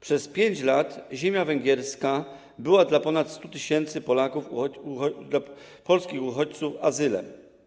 Przez 5 lat ziemia węgierska była dla ponad 100 tys. Polaków, dla polskich uchodźców, azylem.